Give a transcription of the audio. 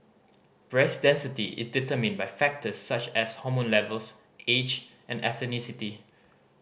breast density is determined by factors such as hormone levels age and ethnicity